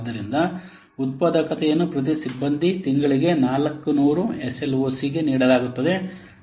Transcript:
ಆದ್ದರಿಂದ ಉತ್ಪಾದಕತೆಯನ್ನು ಪ್ರತಿ ಸಿಬ್ಬಂದಿ ತಿಂಗಳಿಗೆ 400 S L O C ಗೆ ನೀಡಲಾಗುತ್ತದೆ